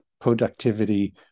productivity